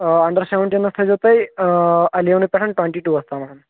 آ under seventeens تھٲیزیو تُہۍ اَلیونہٕ پٮ۪ٹھ ٹُوَنٹی ٹوٗوَس تامَتھ